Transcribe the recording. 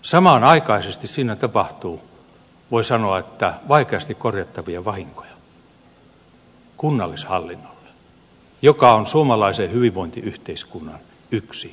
samanaikaisesti siinä tapahtuu voi sanoa vaikeasti korjattavia vahinkoja kunnallishallinnolle joka on suomalaisen hyvinvointiyhteiskunnan yksi ydinasia